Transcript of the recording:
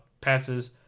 passes